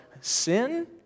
sin